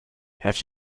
have